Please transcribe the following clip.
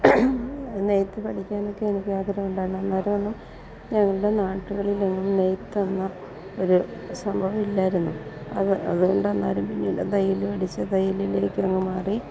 നെയ്ത്ത് പഠിക്കാനൊക്കെ എനിക്ക് ആഗ്രഹമുണ്ടായിരുന്നു അന്നേരമൊന്നും ഞങ്ങളുടെ നാടുകളിലൊന്നും നെയ്ത്തങ്ങന്ന ഒരു സംഭവമില്ലായിരുന്നു അത് അതുകൊണ്ട് അന്നേരം പിന്നീട് തയ്യൽ പഠിച്ച് തയ്യലിലേക്കങ്ങ് മാറി